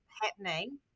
happening